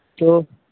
ᱛᱟᱹᱣ